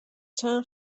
چند